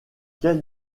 quel